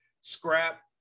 scrap